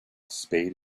spade